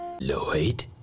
Lloyd